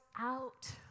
out